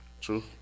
True